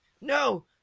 No